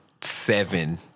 seven